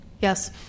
Yes